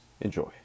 Enjoy